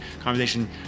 conversation